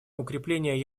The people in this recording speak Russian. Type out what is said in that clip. укрепление